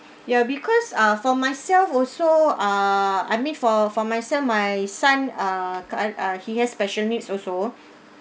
ya because ah for myself also uh I mean for for myself my son uh k~ uh uh he has special needs also